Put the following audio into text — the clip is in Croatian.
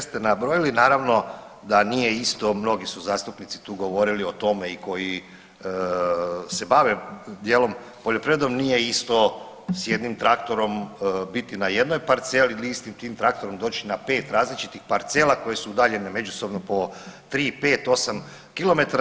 Je sve ste nabrojali, naravno da nije isto mnogi su zastupnici tu govorili o tome i koji se bave dijelom poljoprivredom nije isto s jednim traktorom biti na jednoj parceli ili istim tim traktorom doći na 5 različitih parcela koje su udaljene međusobno po 3, 5, 8 kilometara.